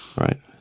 Right